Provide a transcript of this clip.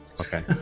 okay